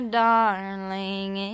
darling